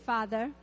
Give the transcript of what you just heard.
Father